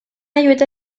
lluita